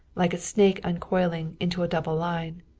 like a snake uncoiling, into a double line.